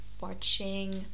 watching